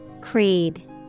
Creed